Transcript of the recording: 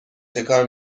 چکار